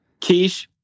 Keish